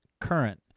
current